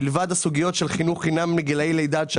מלבד הסוגיה של חינוך חינם מגיל לידה עד שלוש,